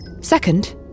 Second